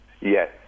Yes